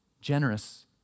generous